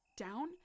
down